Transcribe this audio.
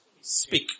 speak